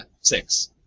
six